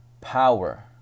power